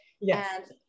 Yes